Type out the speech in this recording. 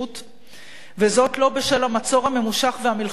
וזאת לא בשל המצור הממושך והמלחמות התכופות